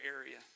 area